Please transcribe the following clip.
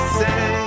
say